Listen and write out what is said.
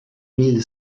mille